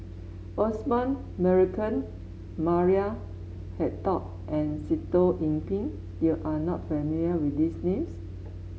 Osman Merican Maria Hertogh and Sitoh Yih Pin you are not familiar with these names